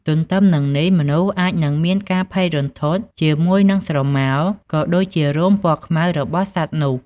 ទន្ទឹមនឹងនេះមនុស្សអាចនឹងមានការភ័យរន្ធត់ជាមួយនឹងស្រមោល ក៏ដូចជារោមពណ៌ខ្មៅរបស់សត្វនោះ។